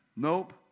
Nope